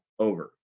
Over